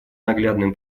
наглядным